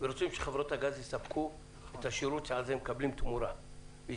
ורוצים שחברות הגז יספקו את השירות שעליו הם מקבלים תמורה ויספקו